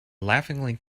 laughingly